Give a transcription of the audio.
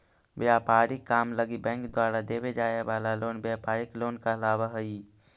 व्यापारिक काम लगी बैंक द्वारा देवे जाए वाला लोन व्यापारिक लोन कहलावऽ हइ